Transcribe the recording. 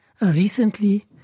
recently